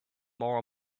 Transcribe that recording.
more